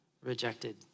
rejected